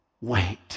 wait